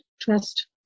trust